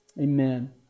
Amen